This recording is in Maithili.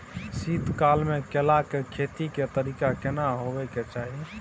शीत काल म केला के खेती के तरीका केना होबय के चाही?